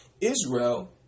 Israel